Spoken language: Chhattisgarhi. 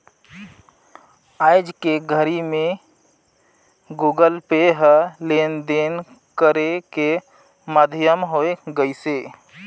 आयज के घरी मे गुगल पे ह लेन देन करे के माधियम होय गइसे